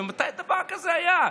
מתי דבר כזה היה?